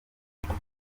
abana